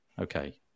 Okay